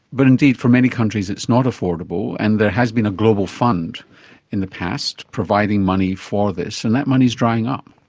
but indeed, for many countries it's not affordable, and there has been a global fund in the past providing money for this, and that money is drying up.